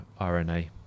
RNA